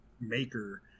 maker